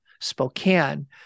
Spokane